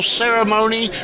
ceremony